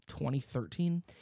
2013